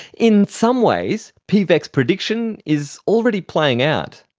in some ways piwek's prediction is already playing out.